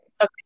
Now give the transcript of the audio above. Okay